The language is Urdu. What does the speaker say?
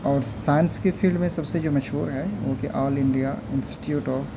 اور سائنس کی فیلڈ میں سب سے جو مشہور ہے وہ کہ آل انڈیا انسٹیٹیوٹ آف